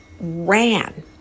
ran